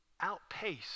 outpace